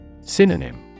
Synonym